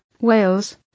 Wales